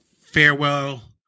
farewell